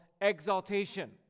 exaltation